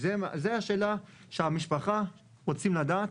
זו השאלה שהמשפחה רוצים לדעת.